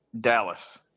Dallas